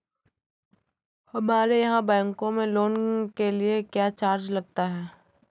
हमारे यहाँ बैंकों में लोन के लिए क्या चार्ज लगता है?